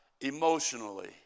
Emotionally